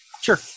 Sure